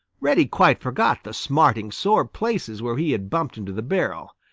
reddy quite forgot the smarting sore places where he had bumped into the barrel.